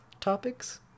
topics